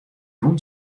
rûn